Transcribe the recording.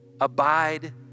Abide